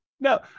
No